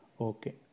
Okay